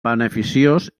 beneficiós